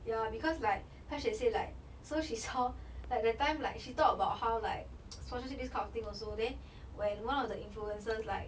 ya because like xia xue said like so she's saw like that time like she talk about how like sponsorship this kind of thing also then when one of the influencers like